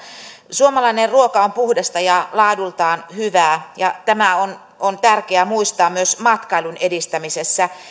suomalainen ruoka on puhdasta ja laadultaan hyvää ja tämä on on tärkeää muistaa myös matkailun edistämisessä